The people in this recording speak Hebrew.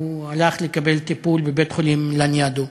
הוא הלך לקבל טיפול בבית-החולים לניאדו.